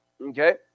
Okay